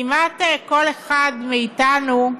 כמעט כל אחד מאתנו,